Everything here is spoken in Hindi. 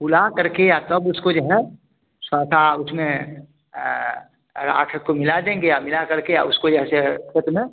फुला करके और तब उसको जो है छौठा उसमें राख़ को मिला देंगे आ मिला करके और उसको जो है सो खेत में